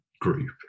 group